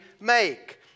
make